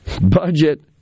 budget